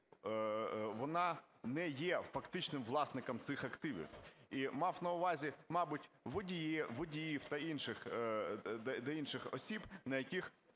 вона не є фактичним власником цих активів, і мав на увазі, мабуть, водіїв та інших осіб, на яких